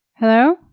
Hello